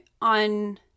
on